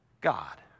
God